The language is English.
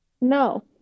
No